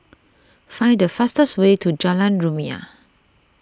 find the fastest way to Jalan Rumia